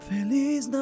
Feliz